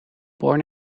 born